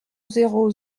zéro